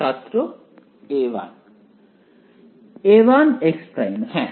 ছাত্র A1 A1x′ হ্যাঁ